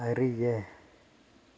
அறிய